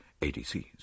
ADCs